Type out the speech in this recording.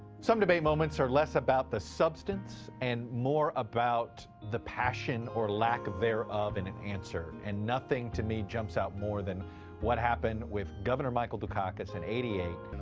some debate moments are less about the substance and more about the passion or lack thereof in an answer, and nothing, to me, jumps out more than what happened with governor michael dukakis in eighty eight.